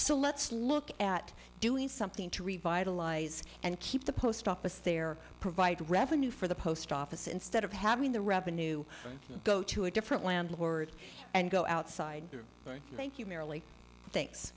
so let's look at doing something to revitalize and keep the post office there provide revenue for the post office instead of having the revenue go to a different landlord and go outside thank you thank you merrily thanks